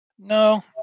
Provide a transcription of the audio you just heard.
No